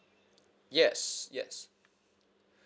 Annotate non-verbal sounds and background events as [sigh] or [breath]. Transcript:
yes yes [breath]